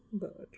बरं